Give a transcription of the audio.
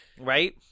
Right